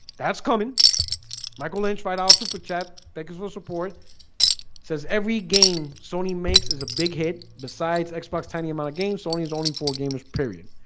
that's coming michael lynch fried all super chat, bakersville support says every game sony makes is a big hit besides xbox tiny amount of game. sony is only for gamers period